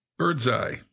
Birdseye